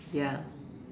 ya